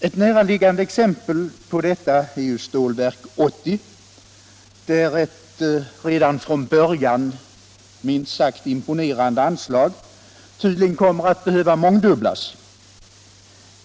Ett näraliggande exempel på detta är Stålverk 80, där ett redan från början minst sagt imponerande anslag tydligen kommer att behöva mångdubblas.